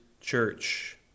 church